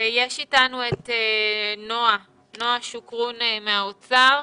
נועה שוקרון מהאוצר,